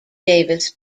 davis